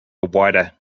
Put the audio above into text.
wider